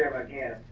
again,